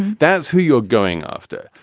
that's who you're going after.